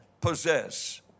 possess